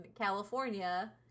California